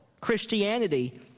Christianity